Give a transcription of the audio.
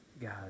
God